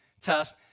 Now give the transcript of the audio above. test